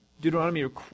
Deuteronomy